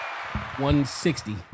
160